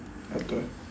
okay